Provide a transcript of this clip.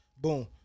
boom